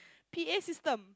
P_A system